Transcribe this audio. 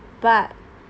but